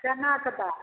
चनाके दालि